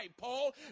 Paul